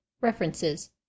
References